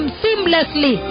seamlessly